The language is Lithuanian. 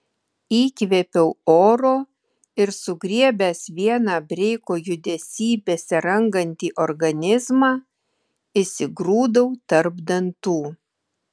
įkvėpiau oro ir sugriebęs vieną breiko judesy besirangantį organizmą įsigrūdau tarp dantų